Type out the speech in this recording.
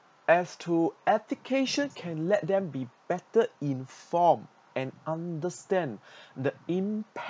as to education can let them be better in form and understand the impact